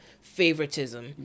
favoritism